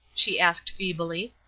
she asked feebly.